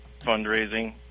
fundraising